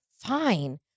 fine